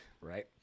Right